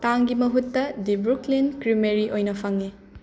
ꯇꯥꯡꯒꯤ ꯃꯍꯨꯠꯇ the Brooklyn creamery ꯑꯣꯏꯅ ꯐꯪꯉꯤ